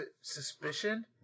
suspicion